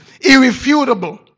irrefutable